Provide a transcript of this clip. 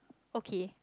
okay